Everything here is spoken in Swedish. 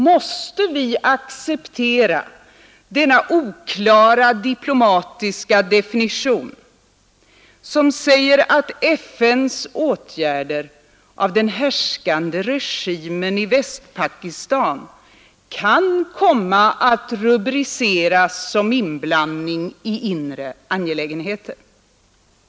Måste vi acceptera denna oklara diplomatiska definition, som säger att FN:s åtgärder av den härskande regimen i Västpakistan kan komma att rubriceras som inblandning i inre angelägenheter?